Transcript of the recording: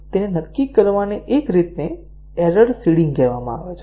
તેને નક્કી કરવાની એક રીતને એરર સીડીંગ કહેવામાં આવે છે